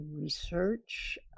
research